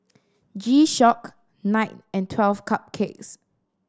G Shock Knight and Twelve Cupcakes